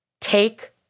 take